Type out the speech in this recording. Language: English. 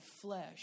flesh